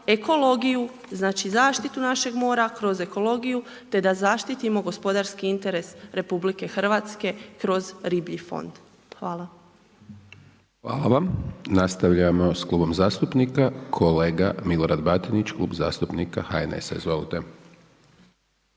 ekologiju, znači zaštitu našeg mora kroz ekologiju, te da zaštitimo gospodarski interes RH kroz riblji fond. Hvala. **Hajdaš Dončić, Siniša (SDP)** Hvala vam. Nastavljamo s Klubom zastupnika. Kolega Milorad Batinić, Klub zastupnika HNS-a. Izvolite.